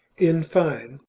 in fine,